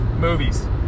movies